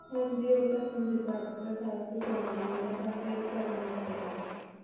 ਹਾਂਜੀ ਉਹ ਤਾਂ ਹੁਣ ਜਿੱਦਾਂ ਅੱਜ ਕੱਲ੍ਹ ਸਾਰਾ ਕੁਝ ਔਨਲਾਈਨ ਹੈ ਤਾਂ ਫਿਰ ਕਰਨਾ ਹੀ ਪੈਂਦਾ